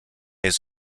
his